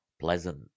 pleasant